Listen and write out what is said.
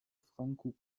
franco